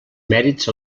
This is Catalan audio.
mèrits